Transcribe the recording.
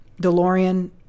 DeLorean